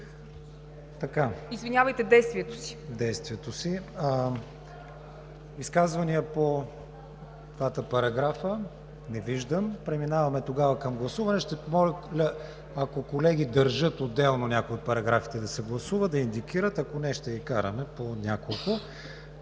КРИСТИАН ВИГЕНИН: Изказвания по двата параграфа? Не виждам. Преминаваме към гласуване. Ще помоля, ако колеги държат отделно някои от параграфите да се гласува – да индикират, ако не – ще ги караме по няколко.